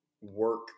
work